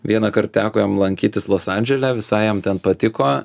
vienąkart teko jam lankytis los andžele visai jam ten patiko